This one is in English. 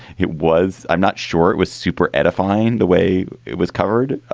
it was. i'm not sure it was super edifying the way it was covered.